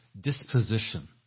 disposition